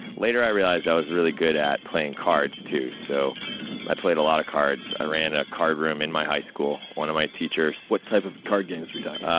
later, i realized i was really good at playing cards, too, so i played a lot of cards. i ran a cardroom in my high school. one of my teachers what type of card games we talking?